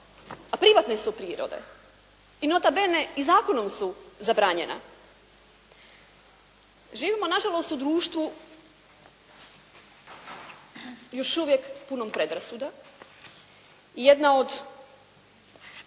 a privatne su prirode. I nota bene i zakonom su zabranjena. Živimo nažalost u društvu još uvijek punom predrasuda i jedna od